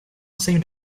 seemed